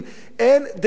אין דרך אחרת.